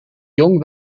jong